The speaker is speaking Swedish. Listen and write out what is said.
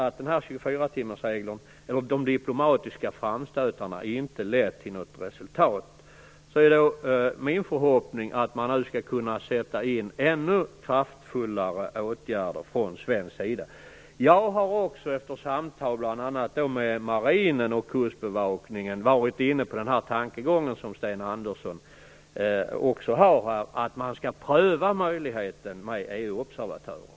Eftersom 24-timmarsregeln och de diplomatiska framstötarna inte lett till något resultat är det min förhoppning att man nu skall kunna sätta in ännu kraftfullare åtgärder från svensk sida. Jag har också, efter samtal bl.a. med Marinen och Kustbevakningen, varit inne på samma tankegång som Sten Andersson - att man skall pröva möjligheten med EU observatörer.